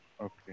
Okay